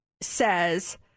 says